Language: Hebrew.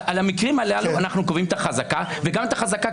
על המקרים הללו אנחנו קובעים את החזקה וגם את החזקה,